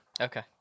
Okay